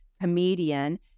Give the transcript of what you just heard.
comedian